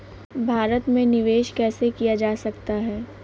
भारत में निवेश कैसे किया जा सकता है?